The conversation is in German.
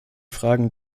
fragen